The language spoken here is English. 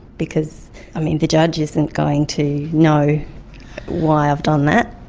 because i mean, the judge isn't going to know why i've done that,